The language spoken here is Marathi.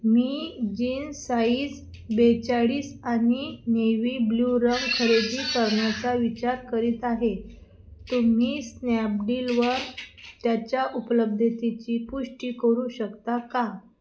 मी जीन्स साइज बेचाळीस आणि नेव्ही ब्ल्यू रंग खरेदी करण्याचा विचार करीत आहे तुम्ही स्नॅपडीलवर त्याच्या उपलब्धतेची पुष्टी करू शकता का